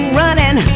running